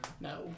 no